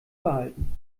behalten